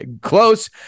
close